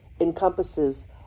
encompasses